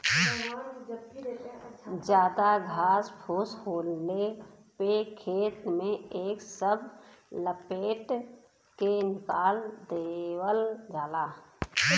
जादा घास फूस होले पे खेत में एके सब लपेट के निकाल देवल जाला